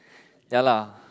ya lah